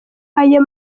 ayo